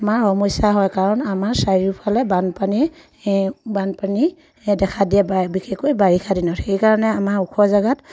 আমাৰ সমস্যা হয় কাৰণ আমাৰ চাৰিওফালে বানপানীয়ে বানপানী দেখা দিয়ে বিশেষকৈ বাৰিষা দিনত সেইকাৰণে আমাৰ ওখ জেগাত